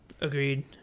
Agreed